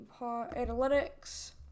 Analytics